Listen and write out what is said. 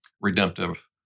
redemptive